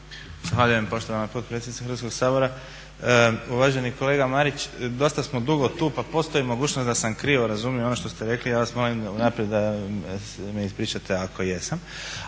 Zahvaljujem poštovana potpredsjednice Hrvatskoga sabora. Uvaženi kolega Marić, dosta smo dugo tu pa postoji mogućnost da sam krivo razumio ono što ste rekli, ja vas molim unaprijed da me ispričate ako jesam.